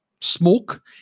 smoke